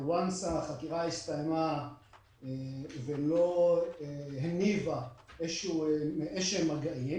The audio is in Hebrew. ברגע שהחקירה הסתיימה ולא הניבה איזשהם מגעים